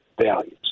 values